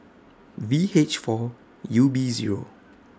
V H four U B Zero